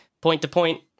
point-to-point